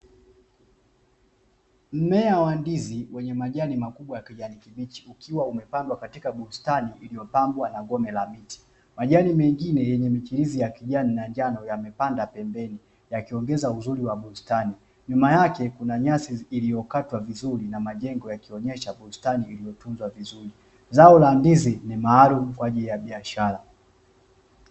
Mmea wa ndizi wenye majani makubwa ya kijani kibichi, ukiwa umepanmdwa katika bustani iliyopambwa na gome la mti. Majani mengine yenye mchirizi ya kijani na njano yamepanda pembeni, yakiongeza uzuri wa bustani. Nyuma yake kuna nyasi iliyokatwa vizuri, na majengo yakionyesha bustani ilivyotunzwa vizuri. Zao la ndizi ni maalumu kwa ajili ya biashara.